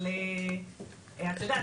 אבל את יודעת,